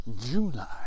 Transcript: july